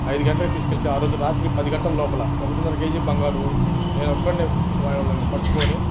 ఐదు గంటలకి తీసుకెళితే ఆ రోజు రాత్రి పది గంటల లోపల ఒకటిన్నర కేజీ బంగారు నేనొక్కన్నే వాళ్ళని పట్టుకొని